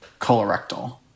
colorectal